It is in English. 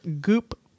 Goop